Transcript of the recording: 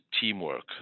teamwork